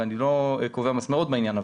ואני לא קובע מסמרות בעניין,